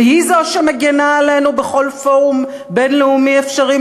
שהיא זו שמגנה עלינו בכל פורום בין-לאומי אפשרי,